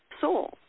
soul